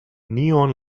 neon